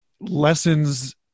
lessons